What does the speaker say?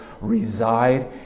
reside